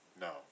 No